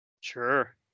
Sure